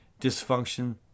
dysfunction